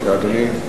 אדוני.